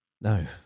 No